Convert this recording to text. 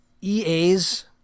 EA's